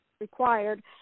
required